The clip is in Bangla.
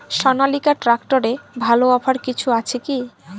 সনালিকা ট্রাক্টরে ভালো অফার কিছু আছে কি?